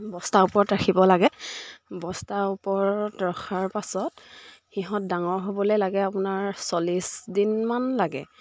বস্তাৰ ওপৰত ৰাখিব লাগে বস্তাৰ ওপৰত ৰখাৰ পাছত সিহঁত ডাঙৰ হ'বলৈ লাগে আপোনাৰ চল্লিছ দিনমান লাগে